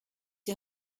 die